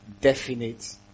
definite